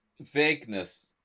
vagueness